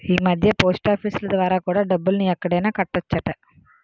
ఈమధ్య పోస్టాఫీసులు ద్వారా కూడా డబ్బుల్ని ఎక్కడైనా కట్టొచ్చట